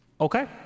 Okay